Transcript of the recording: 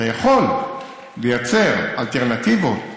אתה יכול ליצור אלטרנטיבות,